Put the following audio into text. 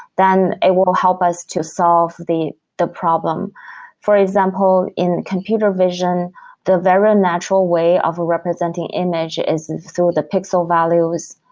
then it will help us to solve the the problem for example, in computer vision the very natural way of a representing image is through the pixel values.